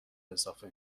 اضافه